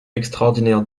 extraordinaire